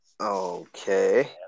Okay